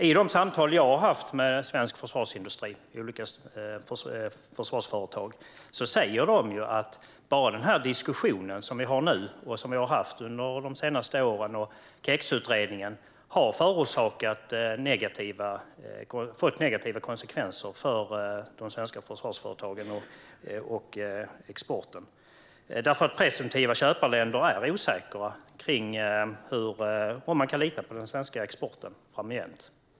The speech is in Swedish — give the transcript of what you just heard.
I samtal jag har haft med olika svenska försvarsföretag säger de att KEX-utredningen och bara den diskussion som vi har nu, och som vi har haft de senaste åren, har lett till negativa konsekvenser för de svenska försvarsföretagen och exporten. Presumtiva köparländer är osäkra på om det går att lita på den svenska exporten framgent.